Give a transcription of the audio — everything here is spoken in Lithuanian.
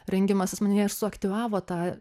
rengimasis manyje ir suaktyvavo tą